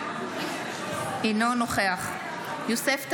אינו נוכח יוסף טייב,